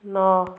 ନଅ